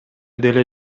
деле